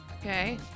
Okay